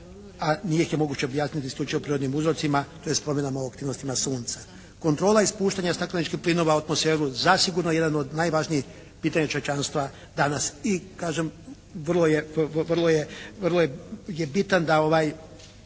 se ne razumije./ ... niti slučajnim o prirodnim uzorcima tj. promjenama u aktivnostima sunca. Kontrola ispuštanja stakleničkih plinova u atmosferu zasigurno je jedan od najvažnijih pitanja čovječanstva danas. I kažem, vrlo je bitan da postoji